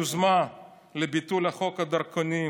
היוזמה לביטול חוק הדרכונים,